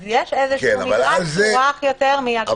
אז יש איזשהו מדרג שהוא רך יותר --- כן,